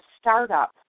startup